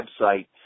website